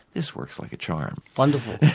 this works like a charm. wonderful. yes.